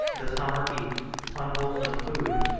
the summer heats, unwholesome food,